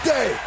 Day